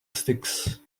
sticks